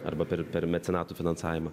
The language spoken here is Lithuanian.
arba per per mecenatų finansavimą